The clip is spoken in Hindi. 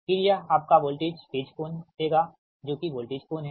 फिर यह आपका वोल्टेज फेज कोण देगा जो कि वोल्टेज कोण है